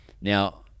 Now